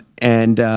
and